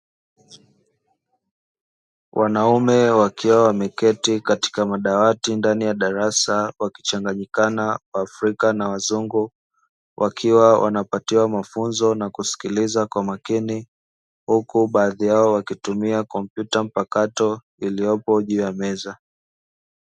Wanaume wakiwa wameketi katika madawati ndani ya darasa, wakichanganyikana waafrika na wazungu wakiwa wanapatiwa mafunzo na kusikiliza kwa makini, huku baadhi yao wakitumia kompyuta mpakato zilizopo juu ya meza.